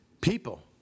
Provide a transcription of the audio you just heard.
People